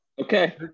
Okay